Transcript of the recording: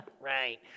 Right